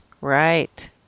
Right